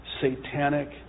satanic